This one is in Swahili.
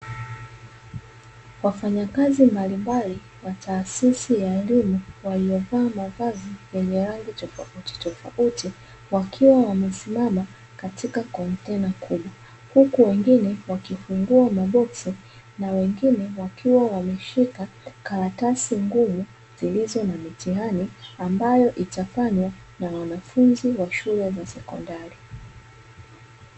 Wafanyakazi mbalimbali wa taasisi ya elimu, waliovaa mavazi yenye rangi tofautitofauti, wakiwa wamesimama katika kontena kubwa; huku wengine wakifungua maboksi na wengine wakiwa wameshika karatasi ngumu zilizo na mitihani ambayo itafanywa na wanafunzi wa shule za sekondari.